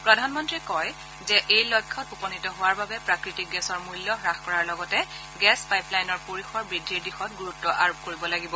প্ৰধানমন্ত্ৰীয়ে কয় যে এই লক্ষণ উপনীত হোৱাৰ বাবে প্ৰাকৃতিক গেছৰ মূল্য হাস কৰাৰ লগতে গেছ পাইপ লাইনৰ পৰিসৰ বৃদ্ধিৰ ওপৰত গুৰুত্ আৰোপ কৰিব লাগিব